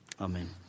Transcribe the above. Amen